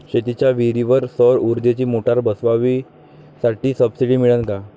शेतीच्या विहीरीवर सौर ऊर्जेची मोटार बसवासाठी सबसीडी मिळन का?